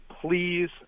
please